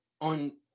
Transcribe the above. on